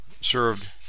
served